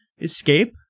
escape